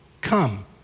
come